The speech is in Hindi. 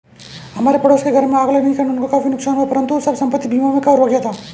हमारे पड़ोस के घर में आग लगने के कारण उनको काफी नुकसान हुआ परंतु सब संपत्ति बीमा में कवर हो गया था